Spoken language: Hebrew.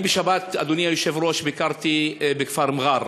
בשבת, אדוני היושב-ראש, ביקרתי בכפר מע'אר,